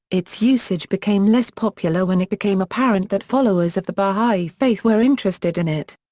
its usage became less popular when it became apparent that followers of the baha'i faith were interested in it.